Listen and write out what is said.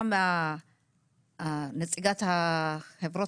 גם נציגת החברה,